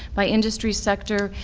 by industry sector,